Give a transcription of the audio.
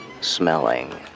smelling